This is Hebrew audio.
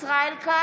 ישראל כץ, בעד